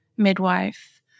midwife